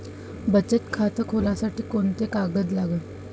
बचत खात खोलासाठी कोंते कागद लागन?